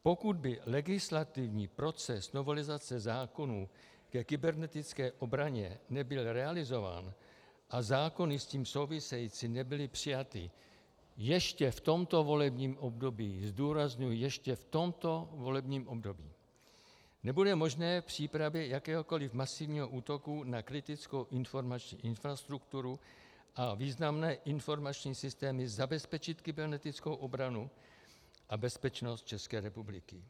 Pokud by legislativní proces novelizace zákonů ke kybernetické obraně nebyl realizován a zákony s tím související nebyly přijaty ještě v tomto volebním období zdůrazňuji, ještě v tomto volebním období , nebude možné v přípravě jakéhokoli masivního útoku na kritickou informační infrastrukturu a významné informační systémy zabezpečit kybernetickou obranu a bezpečnost České republiky.